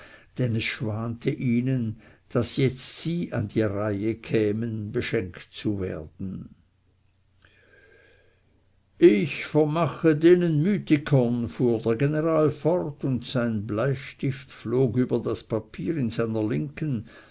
denn es schwante ihnen daß jetzt sie an die reihe kämen beschenkt zu werden ich vermache denen mythikern fuhr der general fort und sein bleistift flog über das papier in seiner linken